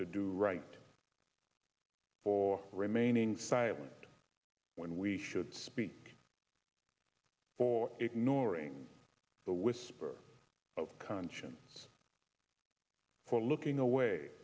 to do right for remaining silent when we should speak for ignoring the whisper of conscience for looking away